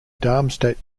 darmstadt